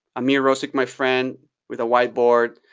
ameer rosic, my friend with a whiteboard.